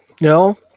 No